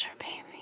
baby